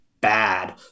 bad